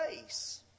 face